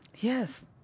Yes